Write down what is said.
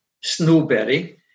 Snowberry